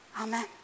Amen